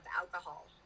alcohol